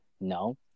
No